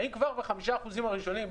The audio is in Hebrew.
האם כבר ב-5% הראשונים?